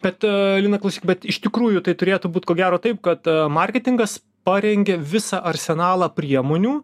bet lina klausyk bet iš tikrųjų tai turėtų būt ko gero taip kad marketingas parengia visą arsenalą priemonių